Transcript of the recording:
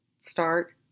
start